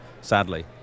sadly